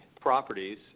properties